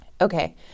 Okay